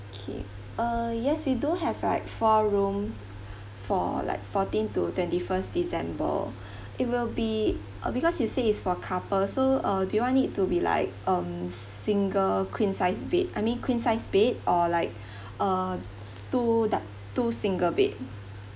okay uh yes we do have like four room for like fourteen to twenty first december it will be uh because you say it's for couple so uh do you want it to be like um single queen size bed I mean queen size bed or like uh two d~ two single bed